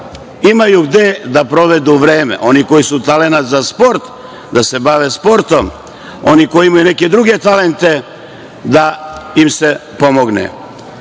imaju gde da proveru vreme. Oni koji su talenat za sport, da se bave sportom, oni koji imaju neke druge talente, da im se pomogne. Tako